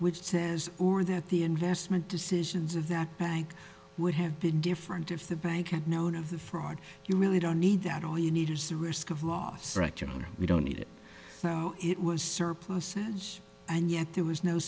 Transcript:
which says or that the investment decisions of that bank would have been different if the bank had known of the fraud you really don't need that all you need is the risk of loss fracturing we don't need it it was surpluses and yet there was no